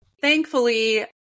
thankfully